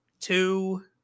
two